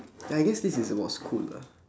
I guess this is about school ah